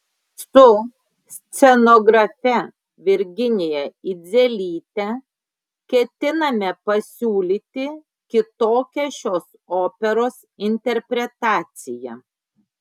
su scenografe virginija idzelyte ketiname pasiūlyti kitokią šios operos interpretaciją